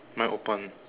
mine open